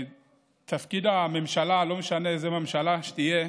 שתפקיד הממשלה, לא משנה איזו ממשלה תהיה,